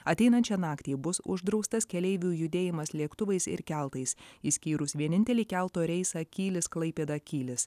ateinančią naktį bus uždraustas keleivių judėjimas lėktuvais ir keltais išskyrus vienintelį kelto reisą kylis klaipėda kylis